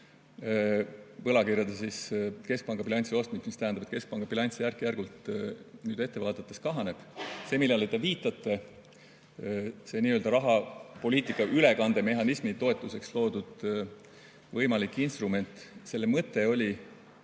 võlakirjade keskpanga bilanssi ostmise, mis tähendab, et keskpanga bilanss järk-järgult nüüd ette vaadates kahaneb. See, millele te viitate, on nii-öelda rahapoliitika ülekandemehhanismi toetuseks loodud võimalik instrument. Selle mõte oli